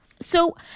So-